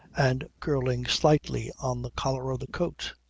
and curling slightly on the collar of the coat.